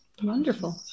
Wonderful